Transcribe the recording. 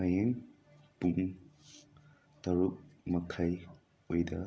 ꯍꯌꯦꯡ ꯄꯨꯡ ꯇꯔꯨꯛ ꯃꯈꯥꯏ ꯋꯥꯏꯗ